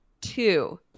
two